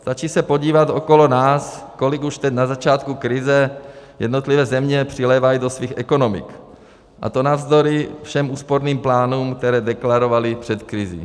Stačí se podívat okolo nás, kolik už teď na začátku krize jednotlivé země přilévají do svých ekonomik, a to navzdory všem úsporným plánům, které deklarovaly před krizí.